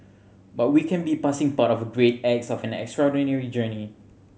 but we can be passing part of the great acts of an extraordinary journey